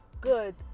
good